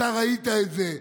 אתה ראית את זה,